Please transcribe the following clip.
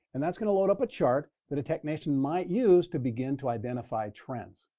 and that's going to load up a chart that a technician might use to begin to identify trends.